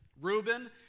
Reuben